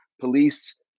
police